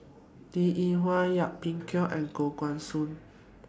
Linn in Hua Yip Pin Xiu and Koh Guan Song